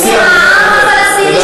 איזו זכות?